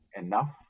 enough